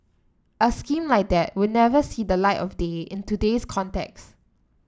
a scheme like that would never see the light of day in today's context